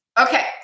Okay